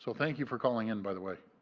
so thank you for calling and, by the way.